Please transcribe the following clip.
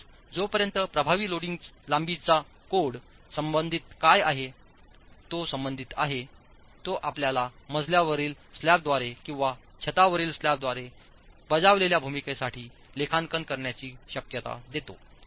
म्हणूनच जोपर्यंत प्रभावी लांबीचा कोड संबंधित काय आहे तो संबंधित आहे तो आपल्याला मजल्यावरील स्लॅबद्वारे किंवा छतावरील स्लॅबद्वारे बजावलेल्या भूमिकेसाठी लेखांकन करण्याची शक्यता देतो